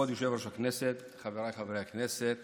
חבר הכנסת